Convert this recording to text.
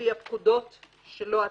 לפי הפקודות שלו עצמו,